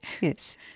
Yes